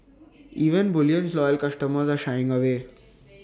even bullion's loyal customers are shying away